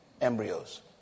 embryos